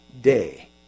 day